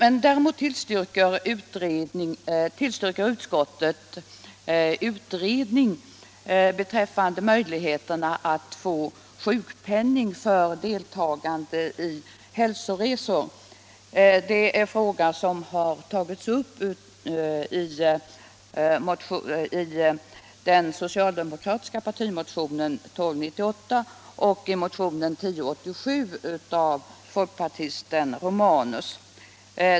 Utskottet tillstyrker däremot utredning beträffande frågan om möjligheterna att få sjukpenning för deltagande i hälsoresor. Detta är en fråga som har tagits upp i den socialdemokratiska partimotionen 1298 och i motionen 1087 av folkpartisten Romanus.